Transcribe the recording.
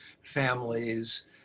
families